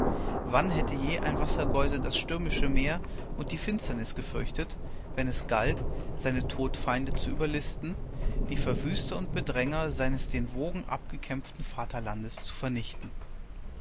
wann hätte je ein wassergeuse das stürmische meer und die finsternis gefürchtet wenn es galt seine todfeinde zu überlisten die verwüster und bedränger seines den wogen